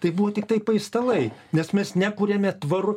tai buvo tiktai paistalai nes mes nekuriame tvaru